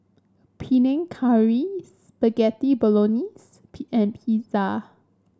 Panang Curry Spaghetti Bolognese P and Pizza